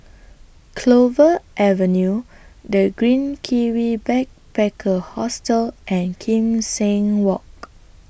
Clover Avenue The Green Kiwi Backpacker Hostel and Kim Seng Walk